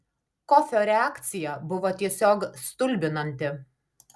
kofio reakcija buvo tiesiog stulbinanti